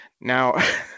Now